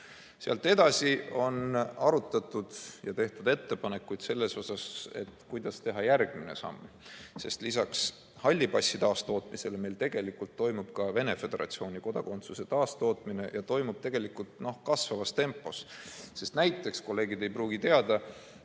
Sealt edasi on asja arutatud ja tehtud ettepanekuid selle kohta, kuidas teha järgmine samm. Sest lisaks halli passi taastootmisele meil tegelikult toimub ka Venemaa Föderatsiooni kodakondsuse taastootmine ja seda tegelikult kasvavas tempos. Kolleegid ei pruugi teada,